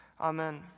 Amen